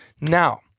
Now